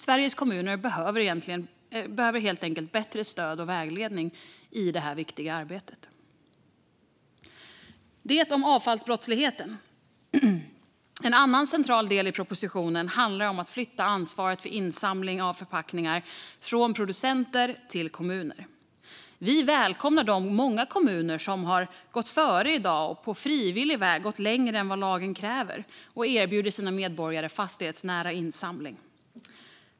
Sveriges kommuner behöver helt enkelt bättre stöd och vägledning i detta viktiga arbete. Så långt det jag hade att säga om avfallsbrottsligheten. En annan central del i propositionen handlar om att flytta ansvaret för insamling av förpackningar från producenter till kommunerna. Vi välkomnar de många kommuner som har gått före i dag. De har på frivillig väg gått längre än vad lagen kräver och erbjuder sina medborgare fastighetsnära insamling.